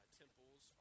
temples